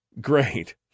Great